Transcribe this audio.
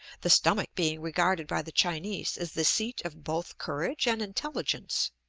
the stomach being regarded by the chinese as the seat of both courage and intelligence.